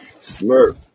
Smurf